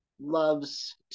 loves